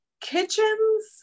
kitchens